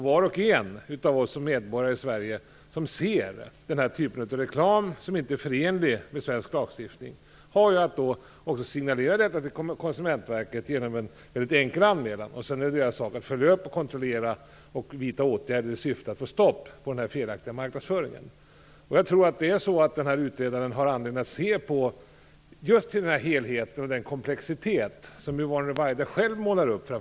Var och en av oss medborgare i Sverige som ser reklam som inte är förenlig med svensk lagstiftning har att signalera det till Konsumentverket genom en enkel anmälan. Sedan är det Konsumentverkets sak att följa upp, kontrollera och vidta åtgärder i syfte att få stopp på en felaktig marknadsföring. Utredaren har anledning att se på helheten och den komplexitet som Yvonne Ruwaida själv målar upp.